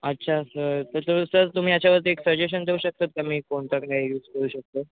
अच्छा सर त्याचं सर तुम्ही ह्याच्यावरती एक सजेशन देऊ शकतात का मी कोणतं तेल यूज करू शकतो